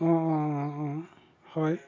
অঁ অঁ অঁ অঁ হয়